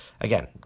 again